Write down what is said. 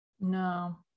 No